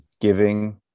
giving